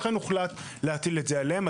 לכן הוחלט להטיל את זה עליהם.